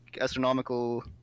astronomical